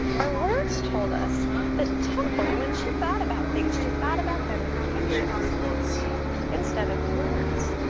our words told us that temple when she thought about things she thought about them in pictures instead of words.